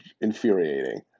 infuriating